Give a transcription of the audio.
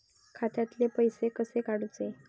खात्यातले पैसे कसे काडूचे?